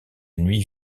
nuit